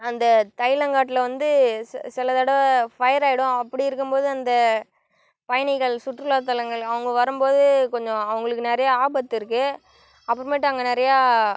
அந்த தைலங்காட்டில் வந்து சில தடவை ஃபயர் ஆகிடும் அப்படி இருக்கும்போது அந்த பயணிகள் சுற்றுலா தலங்கள் அவங்க வரும்போது கொஞ்சம் அவர்களுக்கு நிறைய ஆபத்து இருக்குது அப்புறமேட்டு அங்கே நிறையா